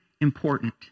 important